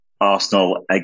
Arsenal